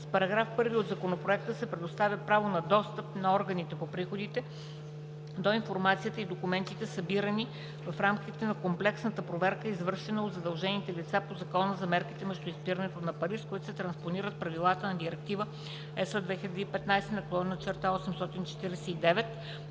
с § 1 от Законопроекта се предоставя право на достъп на органите по приходите до информацията и документите, събирани в рамките на комплексната проверка, извършвана от задължените лица по Закона за мерките срещу изпирането на пари, с който се транспонират правилата на Директива (ЕС) 2015/849,